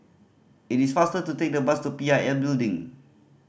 it is faster to take the bus to P I L Building